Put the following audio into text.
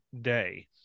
day